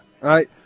right